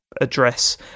address